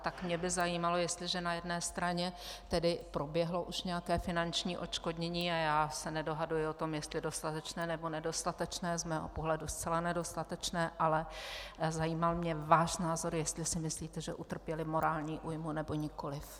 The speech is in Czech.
Tak by mě zajímalo, jestliže na jedné straně tedy proběhlo už nějaké finanční odškodnění, a já se nedohaduji o tom, jestli dostatečné, nebo nedostatečné, z mého pohledu zcela nedostatečné, ale zajímal mě váš názor, jestli si myslíte, že utrpěli morální újmu, nebo nikoliv.